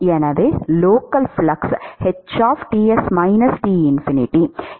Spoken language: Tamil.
எனவே local flux h Ts T∞